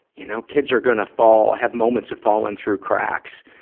you know, kids are gonna fall, have moments of falling through cracks,